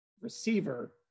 receiver